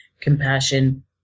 compassion